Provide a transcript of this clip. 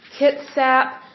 Kitsap